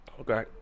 Okay